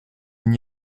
n’y